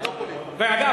אגב,